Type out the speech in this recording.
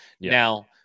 Now